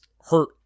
hurt